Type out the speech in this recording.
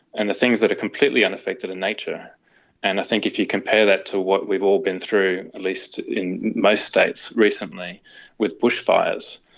and the things that are completely unaffected are nature and i think if you compare that to what we've all been through, at least in most states recently with bushfires,